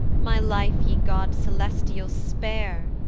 my life, ye gods celestial! spare.